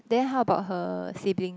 then how about her sibling